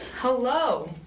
Hello